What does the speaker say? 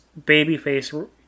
babyface